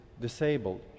disabled